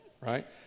Right